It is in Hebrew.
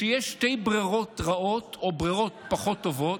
כשיש שתי ברירות רעות או ברירות פחות טובות,